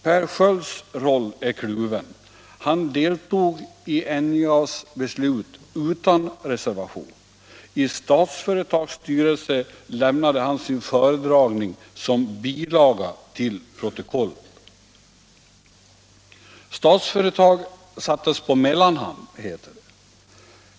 Per Skölds roll är kluven. Han deltog i NJA:s beslut utan reservation. I Statsföretags styrelse lämnade han sin föredragning som bilaga till protokollet. Statsföretag sattes på mellanhand, heter det.